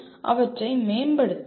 அவற்றை மேம்படுத்தலாம்